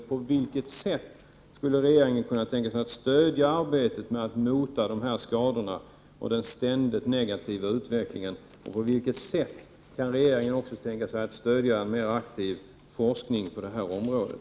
På vilket sätt skulle regeringen kunna tänka sig att stödja arbetet med att bota dessa skador och bryta den ständigt negativa utvecklingen? På vilket sätt kan regeringen tänka sig stödja en mer aktiv forskning på det här området?